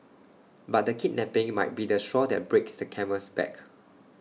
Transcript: but the kidnapping might be the straw that breaks the camel's back